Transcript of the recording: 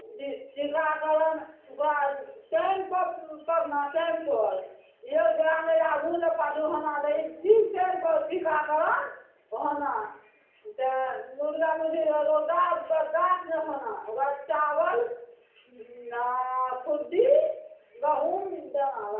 टीकाकरण ओकरा टाइमपर परना टाइमपर यौ जेना नहि आगू पाछू होना चाही ठीक टाइमपर टीकाकरण होना तऽ मुर्गा मुर्गी रौदा बरदश्त नै होना ओकरा चावल आ खुद्दी गहुम देना